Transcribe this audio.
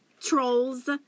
trolls